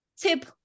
tip